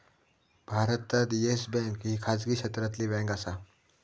भारतात Yes Bank ही खाजगी क्षेत्रातली बँक आसा